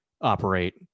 operate